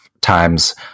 times